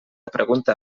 pregunta